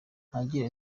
agira